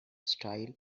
style